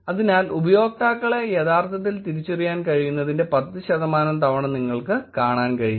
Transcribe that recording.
അതിനാൽ ഉപയോക്താക്കളെ യഥാർത്ഥത്തിൽ തിരിച്ചറിയാൻ കഴിയുന്നതിന്റെ 10 ശതമാനം തവണ നിങ്ങൾക്ക് കാണാൻ കഴിയും